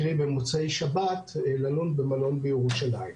קרי במוצאי שבת, ללון במלון בירושלים.